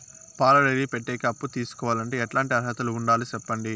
పాల డైరీ పెట్టేకి అప్పు తీసుకోవాలంటే ఎట్లాంటి అర్హతలు ఉండాలి సెప్పండి?